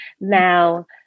Now